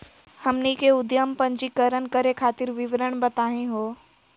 हमनी के उद्यम पंजीकरण करे खातीर विवरण बताही हो?